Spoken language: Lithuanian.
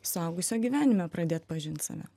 suaugusio gyvenime pradėt pažint save